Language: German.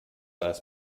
alles